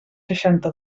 seixanta